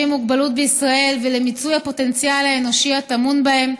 עם מוגבלות בישראל ולמיצוי הפוטנציאל האנושי הטמון בהם.